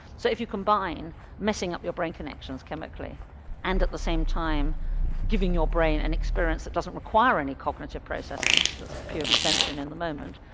so if you combine messing up your brain connections chemically and at the same time giving your brain an experience it doesn't require any cognitive processing, that's purely sensory and in the moment,